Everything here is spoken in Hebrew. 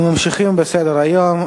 אנחנו ממשיכים בסדר-היום,